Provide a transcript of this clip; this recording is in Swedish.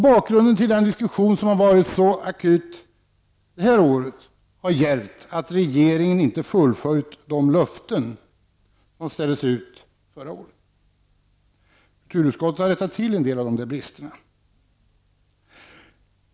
Bakgrunden till den diskussion som har varit så akut det här året är att regeringen inte har fullföljt de löften som ställdes ut förra året. Kulturutskottet har rättat till en del av bristerna.